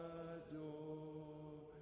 adore